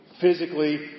physically